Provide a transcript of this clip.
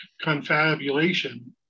confabulation